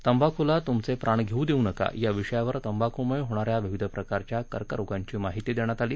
तबाखुला तुमचे प्राण धेऊ देऊ नका या विषयावर तंबाखुमुळे होणा या विविध प्रकारच्या कर्करोगांची माहिती देण्यात आली